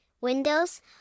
Windows